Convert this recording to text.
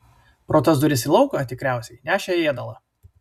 pro tas duris į lauką tikriausiai nešė ėdalą